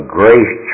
grace